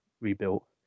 rebuilt